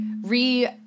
re